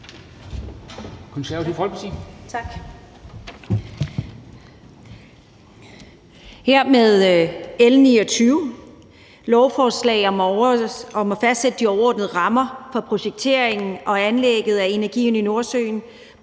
Tak. L 29, lovforslaget om at fastsætte de overordnede rammer for projekteringen og anlægget af energiøen i Nordsøen